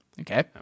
Okay